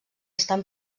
estan